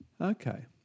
Okay